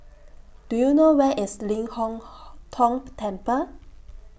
Do YOU know Where IS Ling Hong Tong Temple